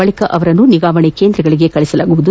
ಬಳಿಕ ಅವರನ್ನು ನಿಗಾವಣೆ ಕೇಂದ್ರಗಳಿಗೆ ಕಳುಹಿಸಲಾಗುವುದು